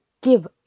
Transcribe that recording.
give